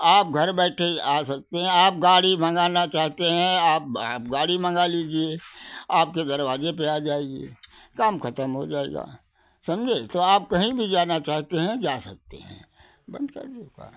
आप घर बैठे आ सकते हैं आप गाड़ी मंगाना चाहते हैं आप गाड़ी मंगा लीजिए आपके दरवाजे पे आ जाएगी काम खत्म हो जाएगा समझे तो आप कहीं भी जाना चाहते हैं जा सकते हैं बंद कर दें का